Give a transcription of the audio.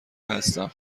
هستم